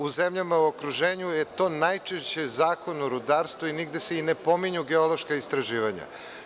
U zemljama u okruženju je to najčešće Zakon o rudarstvu i nigde se ne pominju geološka istraživanja.